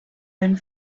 went